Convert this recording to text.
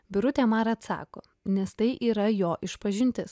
birutė mar atsako nes tai yra jo išpažintis